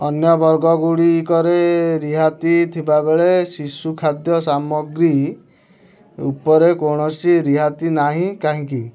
ଅନ୍ୟ ବର୍ଗଗୁଡ଼ିକରେ ରିହାତି ଥିବାବେଳେ ଶିଶୁ ଖାଦ୍ୟ ସାମଗ୍ରୀ ଉପରେ କୌଣସି ରିହାତି ନାହିଁ କାହିଁକି